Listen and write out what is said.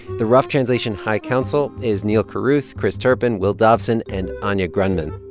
the rough translation high council is neal carruth, chris turpin, will dobson and anya grundmann.